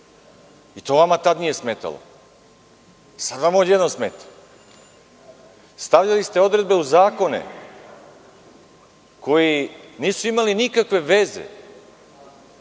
To vama tada nije smetalo. Sada vam odjednom smeta. Stavljali ste odredbe u zakone koji nisu imali nikakve veze